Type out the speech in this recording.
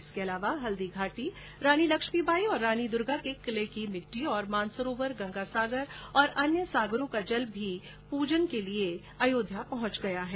इसके अलावा हल्दीघाटी रानी लक्ष्मीबाई और रानी दुर्गा के किले की मिट्टी और मानसरोवर गंगासागर तथा अन्य सागरों का जल भी पूजन हेतु पूजन हेतु पहुंच गया है